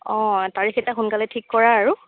অঁ তাৰিখ এটা সোনকালে ঠিক কৰা আৰু